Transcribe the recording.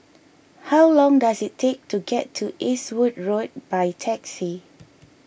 how long does it take to get to Eastwood Road by taxi